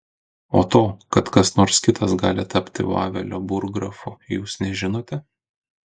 o to kad kas nors kitas gali tapti vavelio burggrafu jūs nežinote